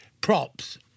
props